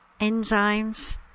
enzymes